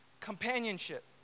companionship